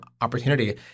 opportunity